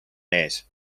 mees